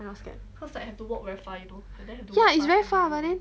ya it's very far but then